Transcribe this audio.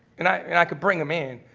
and i mean i could bring them in.